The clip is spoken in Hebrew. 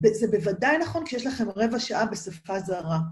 וזה בוודאי נכון כשיש לכם רבע שעה בשפה זרה.